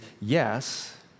yes